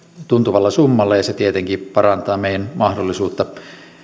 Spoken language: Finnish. tuntuvalla summalla ja se tietenkin parantaa meidän mahdollisuutta